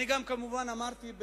אני גם כמובן אמרתי,